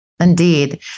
Indeed